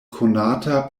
konata